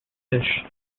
fish